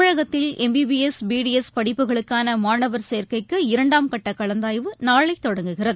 தமிழகத்தில் MBBS BDS படிப்புகளுக்கானமானவர் சேர்க்கைக்கு இரண்டாம் கட்டகலந்தாய்வு நாளைதொடங்குகிறது